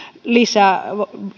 lisää